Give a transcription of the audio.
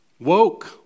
Woke